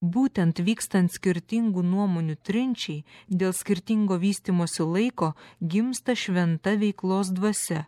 būtent vykstant skirtingų nuomonių trinčiai dėl skirtingo vystymosi laiko gimsta šventa veiklos dvasia